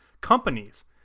companies